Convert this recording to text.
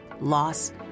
loss